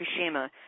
Fukushima